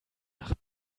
nach